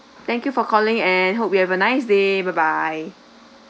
thank you for calling and hope you have a nice day bye